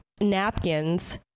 napkins